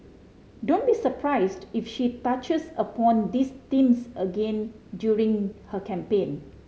don't be surprised if she touches upon these themes again during her campaign